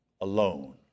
alone